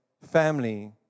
family